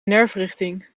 nerfrichting